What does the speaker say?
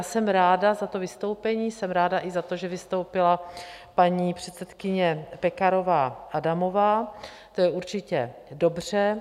Jsem ráda za to vystoupení, jsem ráda i za to, že vystoupila paní předsedkyně Pekarová Adamová, to je určitě dobře.